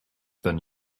than